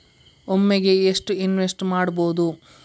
ಒಮ್ಮೆಗೆ ಎಷ್ಟು ಇನ್ವೆಸ್ಟ್ ಮಾಡ್ಬೊದು?